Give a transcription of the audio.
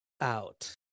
out